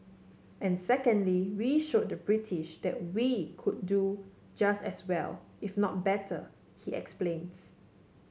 and secondly we showed the British that we could do just as well if not better he explains